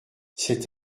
cet